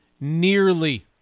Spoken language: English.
nearly